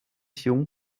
jung